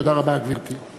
תודה רבה, גברתי.